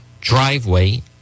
driveway